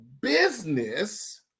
business